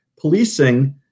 policing